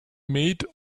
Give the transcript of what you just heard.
made